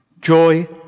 joy